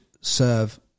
serve